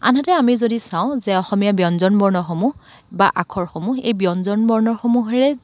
আনহাতে আমি যদি চাওঁ যে অসমীয়া ব্যঞ্জন বৰ্ণসমূহ বা আখৰসমূহ এই ব্যঞ্জন বৰ্ণসমূহৰে